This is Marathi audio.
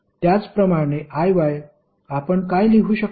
त्याचप्रमाणे Iy आपण काय लिहू शकतो